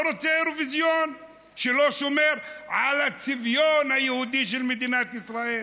לא רוצה אירוויזיון שלא שומר על הצביון היהודי של מדינת ישראל.